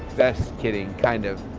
just kidding, kind of.